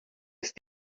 ist